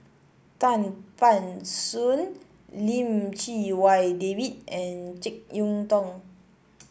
Tan Ban Soon Lim Chee Wai David and JeK Yeun Thong